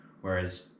whereas